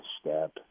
step